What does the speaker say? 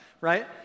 right